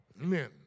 Amen